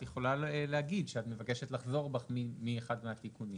את יכולה להגיד שאת מבקשת לחזור בך מאחד התיקונים,